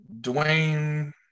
Dwayne